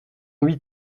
huit